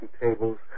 tables